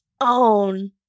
own